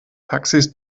taxis